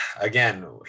again